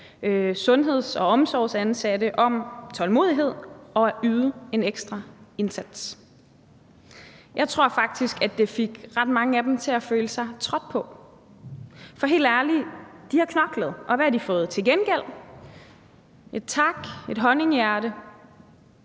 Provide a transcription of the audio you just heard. sundheds- og omsorgsansatte om tålmodighed og om at yde en ekstra indsats. Jeg tror faktisk, at det fik ret mange af dem til at føle sig trådt på. For helt ærligt: De har knoklet, og hvad har de fået til gengæld? De har fået et tak, et honninghjerte,